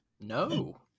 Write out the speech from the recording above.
No